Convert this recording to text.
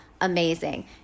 amazing